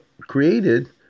created